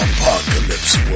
Apocalypse